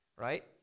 right